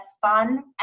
fun